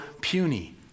puny